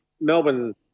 Melbourne